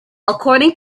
according